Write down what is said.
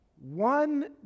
one